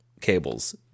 cables